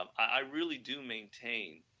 um i really do maintain